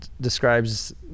describes